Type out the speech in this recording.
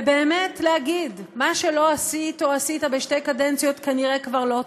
ובאמת להגיד: מה שלא עשית או עשיתָ בשתי קדנציות כנראה כבר לא תעשה.